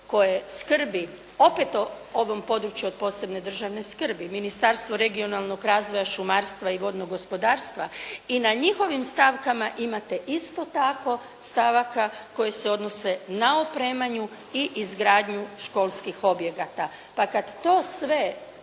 koje skrbi opet o ovom području od posebne državne skrbi, Ministarstvo regionalnog razvoja, šumarstva i vodnog gospodarstva i na njihovim stavkama imate isto tako stavaka koji se odnose na opremanju i izgradnju školskih objekata pa kad to sve